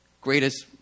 greatest